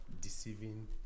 deceiving